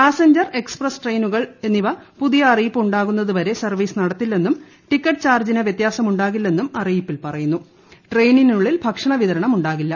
passenger express ട്രെയിനുക്കൾ പുതിയ അറിയിപ്പ് ഉണ്ടാകുന്നതുവരെ സർവ്വീസ് ഇട്ടത്തില്ലെന്നും ടിക്കറ്റ് ചാർജ് വൃത്യാസമുണ്ടാകില്ലെന്നും ട്രെയിനിനുള്ളിൽ ഭക്ഷണ്ടവിതർണം ഉണ്ടാകില്ല